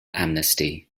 amnesty